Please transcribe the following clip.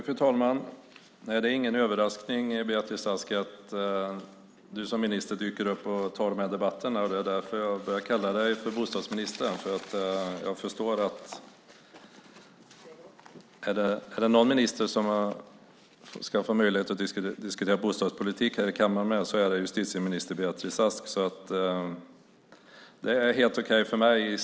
Fru talman! Nej, det är ingen överraskning, Beatrice Ask, att du som minister dyker upp och tar de här debatterna. Det är därför jag har börjat kalla dig för bostadsminister. Jag förstår att är det någon minister som jag ska få möjlighet att här i kammaren diskutera bostadspolitik med så är det justitieminister Beatrice Ask. I sig är det helt okej för mig.